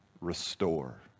restore